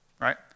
Right